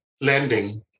lending